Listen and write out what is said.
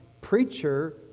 preacher